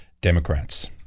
Democrats